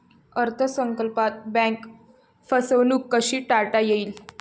अर्थ संकल्पात बँक फसवणूक कशी टाळता येईल?